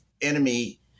enemy